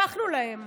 הפכנו להם,